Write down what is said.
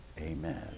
Amen